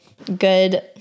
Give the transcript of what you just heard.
good